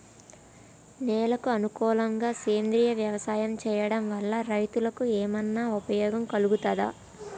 నేలకు అనుకూలంగా సేంద్రీయ వ్యవసాయం చేయడం వల్ల రైతులకు ఏమన్నా ఉపయోగం కలుగుతదా?